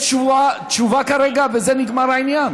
יש תשובה כרגע ובזה נגמר העניין,